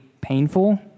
painful